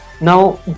Now